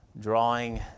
drawing